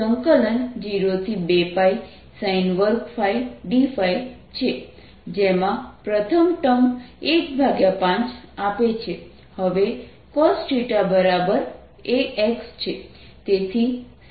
dS01r4dr 11sin2θdcos θ02πsin2ϕdϕ છે જેમાં પ્રથમ ટર્મ 15 આપે છે